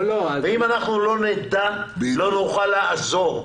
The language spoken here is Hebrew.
אם אנחנו לא נדע, לא נוכל לעזור.